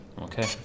Okay